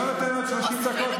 אני לא נותן עוד 30 דקות,